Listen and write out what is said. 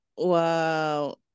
Wow